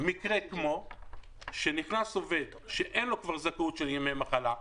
מקרה כמו של עובד שאין לו כבר זכאות של ימי מחלה,